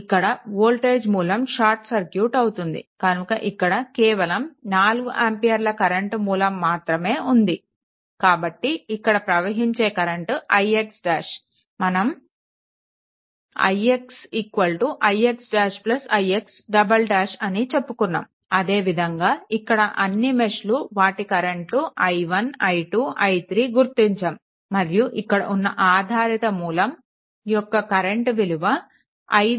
ఇక్కడ వోల్టేజ్ మూలం short circuit అవుతుంది కనుక ఇక్కడ కేవలం 4 ఆంపియర్ల కరెంట్ మూలం మాత్రం ఉంది కాబట్టి ఇక్కడ ప్రవహించే కరెంట్ ix ' మనం ix ix' ix " అని చెప్పుకున్నాము అదే విధంగా ఇక్కడ అన్నీ మెష్లు వాటి కరెంట్లు i1 i2 i3 గుర్తించాము మరియు ఇక్కడ ఉన్న ఆధారిత మూలం యొక్క కరెంట్ విలువ 5 ix '